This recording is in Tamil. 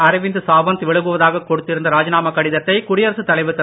அரவிந்த் சாவந்த் விலகுவதாகக் கொடுத்திருந்த ராஜிநாமா கடிதத்தை குடியரசுத் தலைவர் திரு